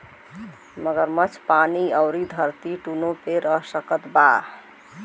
मगरमच्छ पानी अउरी धरती दूनो पे रह सकत बा